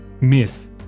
Miss